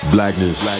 Blackness